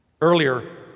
Earlier